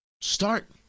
start